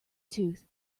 tooth